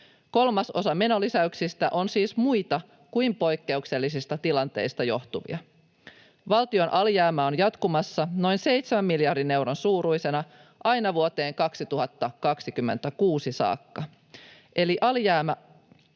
Kolmasosa menolisäyksistä on siis muita kuin poikkeuksellisista tilanteista johtuvia. Valtion alijäämä on jatkumassa noin 7 miljardin euron suuruisena aina vuoteen 2026 saakka. Ei alijäämä